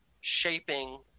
shaping